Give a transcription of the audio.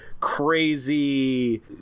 crazy